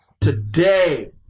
today